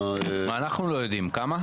לא, אבל אנחנו לא יודעים, כמה?